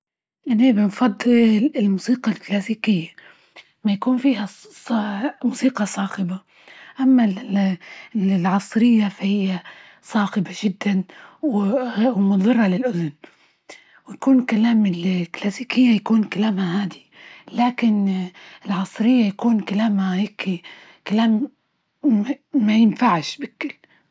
أنا بنفضل الموسيقى الكلاسيكية، ما يكون فيها موسيقى صاخبة، أما ال- ال العصرية فهي صاخبة جدا، و ومضرة للأذن، ويكون كلام الكلاسيكية يكون كلامها هادي، لكن العصرية يكون كلامها هيكى، كلام مينفعش.